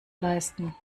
leisten